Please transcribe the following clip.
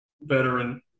veteran